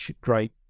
great